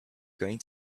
going